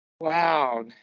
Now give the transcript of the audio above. Wow